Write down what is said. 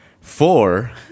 four